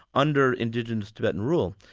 under indigenous tibetan rule.